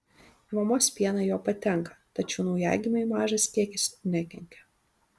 į mamos pieną jo patenka tačiau naujagimiui mažas kiekis nekenkia